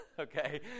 Okay